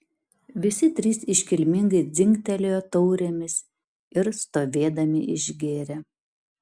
visi trys iškilmingai dzingtelėjo taurėmis ir stovėdami išgėrė